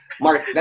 Mark